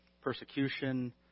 Persecution